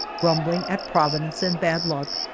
grumbling at provi dence and bad luck,